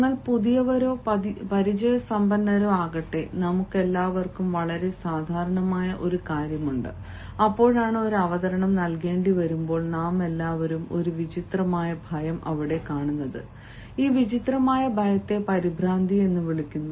നമ്മൾ പുതിയവരോ പരിചയസമ്പന്നരോ ആകട്ടെ നമുക്കെല്ലാവർക്കും വളരെ സാധാരണമായ ഒരു കാര്യമുണ്ട് അപ്പോഴാണ് ഒരു അവതരണം നൽകേണ്ടിവരുമ്പോൾ നാമെല്ലാവരും ഒരു വിചിത്രമായ ഭയം കാണുന്നത് ഈ വിചിത്രമായ ഭയത്തെ പരിഭ്രാന്തി എന്ന് വിളിക്കുന്നു